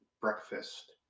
breakfast